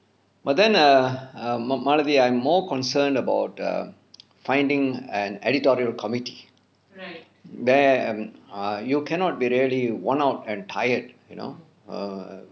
but then err err malathi I'm more concerned about err finding an editorial committee there err you cannot be really worn out and tired you know err